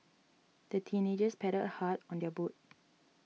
the teenagers paddled hard on their boat